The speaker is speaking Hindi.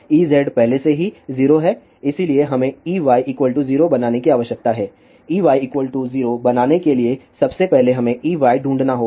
Ez पहले से ही 0 है इसलिए हमें Ey 0 बनाने की आवश्यकता है Ey 0 बनाने के लिए सबसे पहले हमें Ey ढूंढना होगा